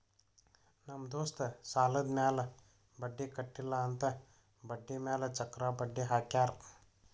ನಮ್ ದೋಸ್ತ್ ಸಾಲಾದ್ ಮ್ಯಾಲ ಬಡ್ಡಿ ಕಟ್ಟಿಲ್ಲ ಅಂತ್ ಬಡ್ಡಿ ಮ್ಯಾಲ ಚಕ್ರ ಬಡ್ಡಿ ಹಾಕ್ಯಾರ್